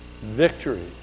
victory